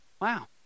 Wow